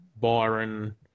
Byron